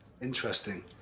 Interesting